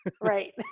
Right